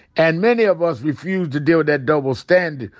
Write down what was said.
and many of us refuse to deal with that double standard.